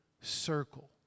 circle